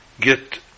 get